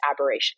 aberration